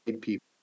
People